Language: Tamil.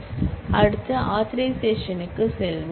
அடுத்து ஆதரைசேஷன் க்கு செல்வோம்